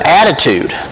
attitude